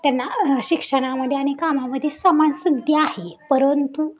त्यांना शिक्षणामध्ये आणि कामामध्ये समान संधी आहे परंतु